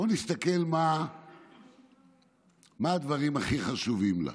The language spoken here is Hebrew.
בואו נסתכל מה הדברים הכי חשובים לה.